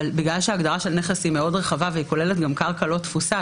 אבל בגלל שההגדרה של נכס היא מאוד רחבה והיא כוללת גם קרקע לא תפוסה,